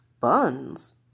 Buns